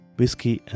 Whiskey